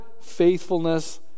faithfulness